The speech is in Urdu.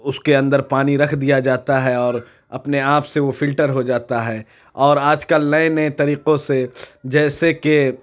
اس کے اندر پانی رکھ دیا جاتا ہے اور اپنے آپ سے وہ فلٹر ہو جاتا ہے اور آج کل نئے نئے طریقوں سے جیسے کہ